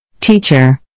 Teacher